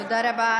תודה רבה.